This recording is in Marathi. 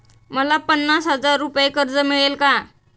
मला पन्नास हजार रुपये कर्ज मिळेल का?